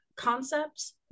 concepts